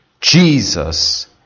Jesus